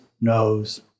knows